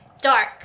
Dark